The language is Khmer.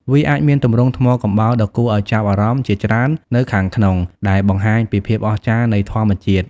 វាអាចមានទម្រង់ថ្មកំបោរដ៏គួរឱ្យចាប់អារម្មណ៍ជាច្រើននៅខាងក្នុងដែលបង្ហាញពីភាពអស្ចារ្យនៃធម្មជាតិ។